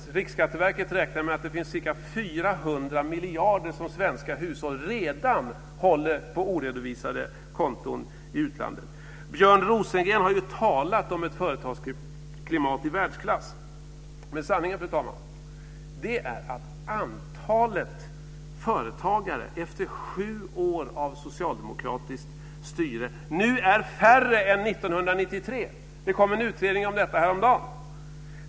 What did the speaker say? Riksskatteverket räknar med att det finns ca 400 miljarder som svenska hushåll redan håller på oredovisade konton i utlandet. Björn Rosengren har talat om ett företagsklimat i världsklass. Men sanningen, fru talman, är att antalet företagare efter sju år av socialdemokratiskt styre nu är färre än 1993. Det kom en utredning om detta häromdagen.